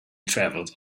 traveled